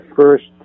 first